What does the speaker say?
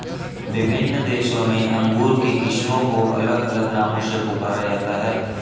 विभिन्न देशों में अंगूर की किस्मों को अलग अलग नामों से पुकारा जाता है